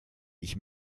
ich